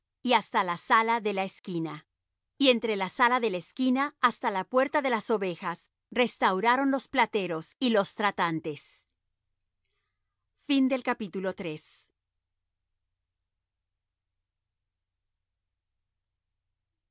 y hasta la sala de la esquina y entre la sala de la esquina hasta la puerta de las ovejas restauraron los plateros y los tratantes y